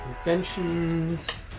inventions